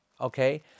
okay